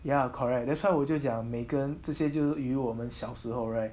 ya correct that's why 我就讲每个人这些就与我们小时后 right